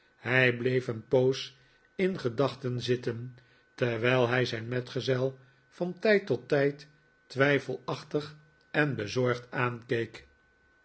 hij bleef een poos in gedachten zitten terwijl hij zijn metgezel van tijd tot tijd twijfelachtig en bezorgd aankeek